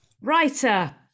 Writer